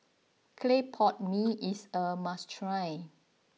Clay Pot Mee is a must try